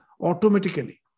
automatically